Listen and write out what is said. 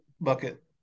bucket